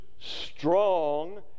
strong